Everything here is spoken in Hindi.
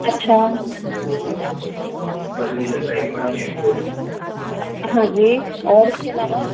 अच्छा हाँ जी और उसके अलावा